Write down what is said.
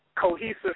cohesive